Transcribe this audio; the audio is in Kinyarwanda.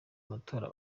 amatora